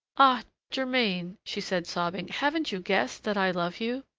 ah! germain, she said, sobbing, haven't you guessed that i love you?